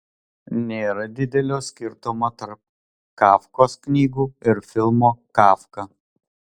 nėra didelio skirtumo tarp kafkos knygų ir filmo kafka